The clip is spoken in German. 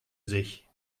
sich